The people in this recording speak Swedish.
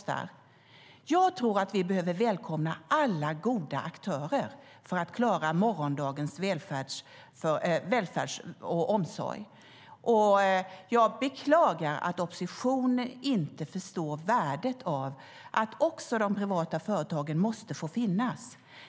Jag tror att vi behöver välkomna alla goda aktörer för att klara morgondagens välfärd och omsorg. Jag beklagar att oppositionen inte förstår att också de privata företagen måste få finnas.